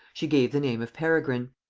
she gave the name of peregrine.